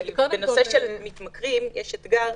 בנושא של מתמכרים יש אתגר.